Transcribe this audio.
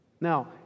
Now